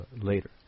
later